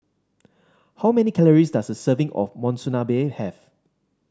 how many calories does a serving of Monsunabe have